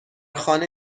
خانه